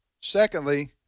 secondly